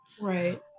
Right